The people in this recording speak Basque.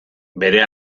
bere